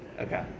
Okay